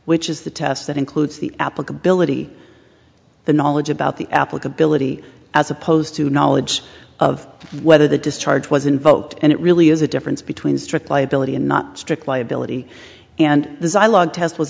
which is the test that includes the applicability the knowledge about the applicability as opposed to knowledge of whether the discharge was invoked and it really is a difference between strict liability and not strict liability and this i log test was